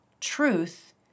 truth